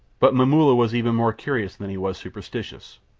but momulla was even more curious than he was superstitious,